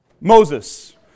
Moses